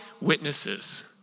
witnesses